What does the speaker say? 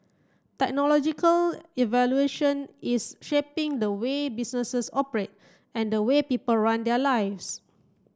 technological is shaping the way businesses operate and the way people run their lives